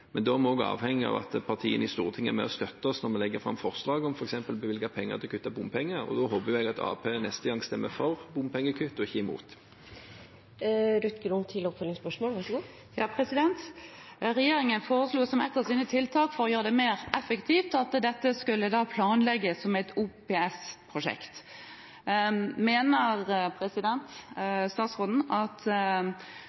Men da er vi avhengige av at partiene i Stortinget er med på å støtte oss når vi legger fram forslag om f.eks. å bevilge penger til å kutte i bompengene, og da håper jeg at Arbeiderpartiet neste gang stemmer for bompengekutt – ikke imot. Regjeringen foreslo, som ett av sine tiltak for å gjøre det mer effektivt, at dette skulle planlegges som et OPS-prosjekt. Mener